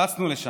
רצנו לשם,